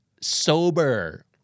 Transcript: sober